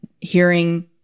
hearing